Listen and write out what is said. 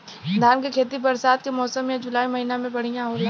धान के खेती बरसात के मौसम या जुलाई महीना में बढ़ियां होला?